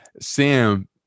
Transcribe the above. Sam